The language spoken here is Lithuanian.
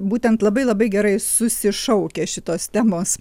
būtent labai labai gerai susišaukia šitos temos